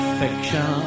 fiction